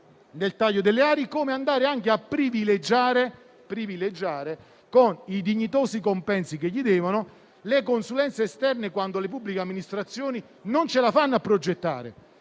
Volevamo inoltre privilegiare, con i dignitosi compensi che sono dovuti, le consulenze esterne quando le pubbliche amministrazioni non ce la fanno a progettare.